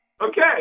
Okay